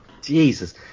jesus